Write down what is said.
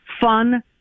fun